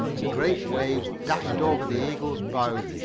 and great waves dashed over the eagle's bow.